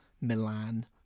Milan